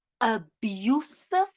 abusive